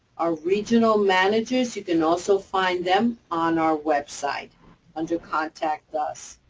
our regional managers, you can also find them on our website under contact us.